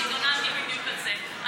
והתלוננתי בדיוק על זה.